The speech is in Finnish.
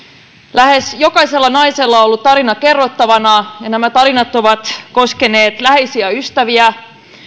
lähes jokaisella naisella on ollut tarina kerrottavanaan ja nämä tarinat ovat koskeneet läheisiä ystäviä